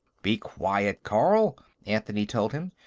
be quiet, carl, anthony told him.